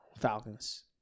Falcons